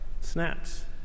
snaps